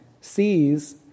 sees